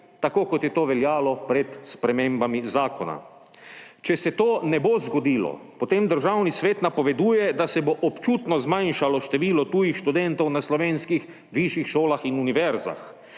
tako kot je to veljalo pred spremembami zakona. Če se to ne bo zgodilo, potem Državni svet napoveduje, da se bo občutno zmanjšalo število tujih študentov na slovenskih višjih šolah in univerzah.